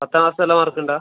പത്താം ക്ലാസ് നല്ല മാർക്കുണ്ട